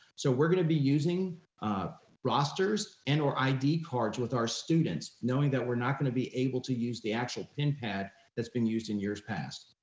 so we're gonna be using rosters and or id cards with our students knowing that we're not gonna be able to use the actual pin pad that's been used in years past.